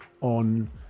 on